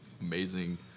amazing